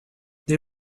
they